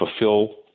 fulfill